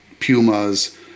pumas